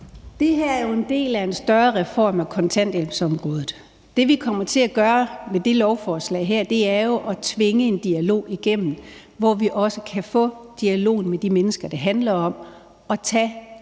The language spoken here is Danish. Det her er jo en del af en større reform af kontanthjælpsområdet. Det, vi gør med det her lovforslag, er jo at tvinge en dialog igennem, hvor vi også kan få dialogen med de mennesker, det handler om, og tage